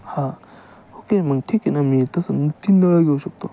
हां ओके ठीक आहे मग ठीक आहे ना मी तसं मग तीन नळ घेऊ शकतो